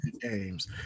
games